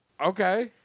Okay